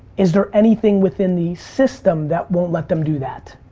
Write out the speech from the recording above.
is there anything within the system that won't let them do that?